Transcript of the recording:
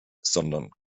sondern